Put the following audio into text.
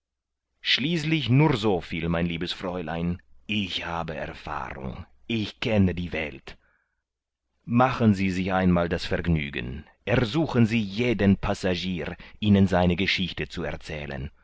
schließlich nur so viel mein liebes fräulein ich habe erfahrung ich kenne die welt machen sie sich einmal das vergnügen ersuchen sie jeden passagier ihnen seine geschichte zu erzählen